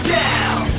down